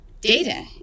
data